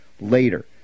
later